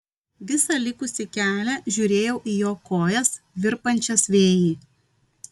visą likusį kelią žiūrėjau į jo kojas virpančias vėjy